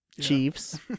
Chiefs